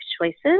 choices